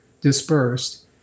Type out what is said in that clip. dispersed